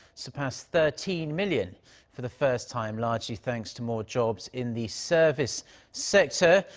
surpassed thirteen million for the first time. largely thanks to more jobs in the service sector.